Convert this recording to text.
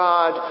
God